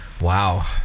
Wow